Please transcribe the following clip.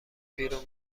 بیرون